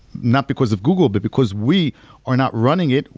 not because of google, but because we are not running it,